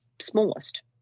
smallest